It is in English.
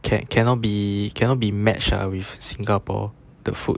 can cannot be cannot be matched with singapore the food